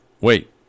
wait